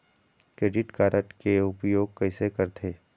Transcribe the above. Credit card के उपयोग कैसे करथे?